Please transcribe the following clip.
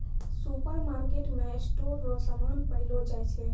सुपरमार्केटमे स्टोर रो समान पैलो जाय छै